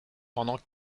pendant